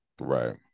Right